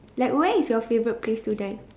like where is your favourite place to dine